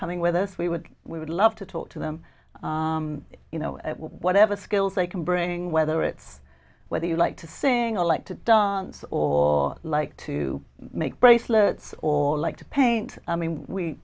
coming with us we would we would love to talk to them you know whatever skills they can bring whether it's whether you like to seeing a like to dance or like to make bracelets or like to paint i mean we